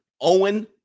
Owen